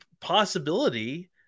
possibility –